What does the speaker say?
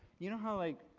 you know how like.